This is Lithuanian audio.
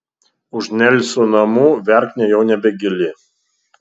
už nelsų namų verknė jau nebegili